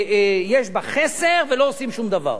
יש בה חסר ולא עושים שום דבר.